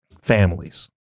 families